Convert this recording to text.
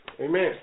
Amen